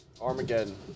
Armageddon